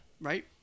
right